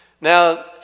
Now